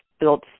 built